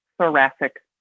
thoracic